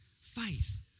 faith